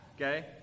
okay